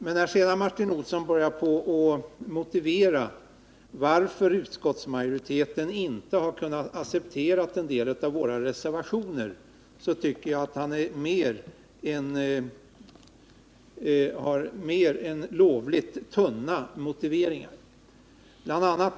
Men när Martin Olsson sedan började motivera varför utskottsmajoriteten inte har kunnat acceptera vissa av våra reservationer, tycker jag att han använder mer än lovligt tunna argument.